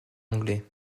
anglais